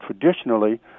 traditionally